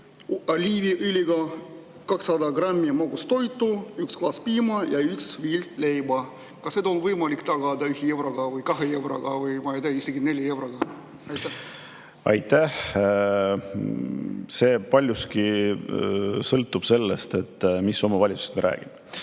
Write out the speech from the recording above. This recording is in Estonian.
oliiviõliga, 200 grammi magustoitu, üks klaas piima ja üks viil leiba. Kas seda on võimalik tagada 1 euroga või 2 euroga või, ma ei tea, isegi 4 euroga? Aitäh! See paljuski sõltub sellest, mis omavalitsusest me räägime.